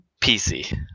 pc